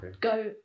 Go